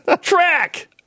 Track